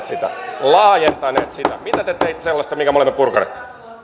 sitä laajentaneet sitä mitä te teitte sellaista minkä me olemme purkaneet